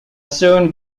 soon